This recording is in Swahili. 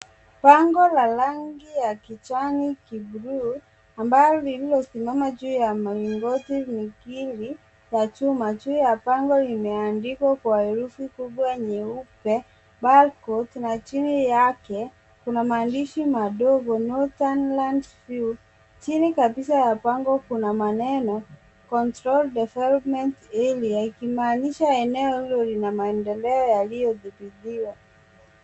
Bango la rangi ya kijani kibuluu ambayo lililosimama juu ya mlingoti vikingi kwa chuma. Juu ya bango limeandikwa kwa herufi kubwa nyeupe PearlCourt. Na chini yake kuna maandishi madogo NorthLands View. Chini kabisa ya bango kuna maneno Controlled Development ikimaanisha eneo hilo ni la mendeleo yaliyodhibitiwa.